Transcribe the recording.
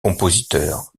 compositeurs